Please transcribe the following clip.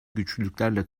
güçlüklerle